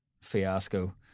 fiasco